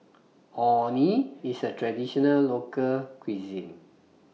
Orh Nee IS A Traditional Local Cuisine